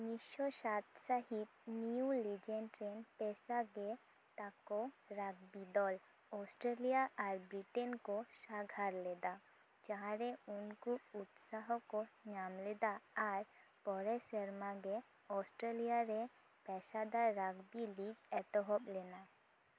ᱚᱱᱤᱥᱥᱚ ᱥᱟᱛ ᱥᱟᱹᱦᱤᱛ ᱱᱤᱭᱩᱡᱤᱞᱮᱱᱰ ᱨᱮᱱ ᱯᱮᱥᱟ ᱜᱮ ᱛᱟᱠᱚ ᱨᱟᱜᱽᱵᱤ ᱫᱚᱞ ᱚᱥᱴᱨᱮᱞᱤᱭᱟ ᱟᱨ ᱵᱨᱤᱴᱮᱱ ᱠᱚ ᱥᱟᱸᱜᱷᱟᱨ ᱞᱮᱫᱟ ᱡᱟᱦᱟᱸ ᱨᱮ ᱩᱱᱠᱩ ᱩᱛᱥᱟᱦᱚ ᱠᱚ ᱧᱟᱢ ᱞᱮᱫᱟ ᱟᱨ ᱯᱚᱨᱮᱨ ᱥᱮᱨᱢᱟ ᱜᱮ ᱚᱥᱴᱨᱮᱞᱤᱭᱟ ᱨᱮ ᱯᱮᱥᱟᱫᱟᱨ ᱨᱟᱜᱽᱵᱤ ᱞᱤᱜ ᱮᱛᱚᱦᱚᱵ ᱞᱮᱱᱟ